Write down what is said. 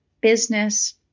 business